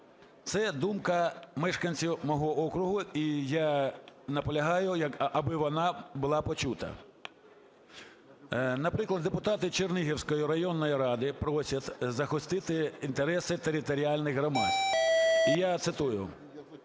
Це думка мешканців мого округу, і я наполягаю, аби вона була почута. Наприклад, депутати Чернігівської районної ради просять захистити інтереси територіальних громад. Я цитую: